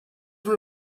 were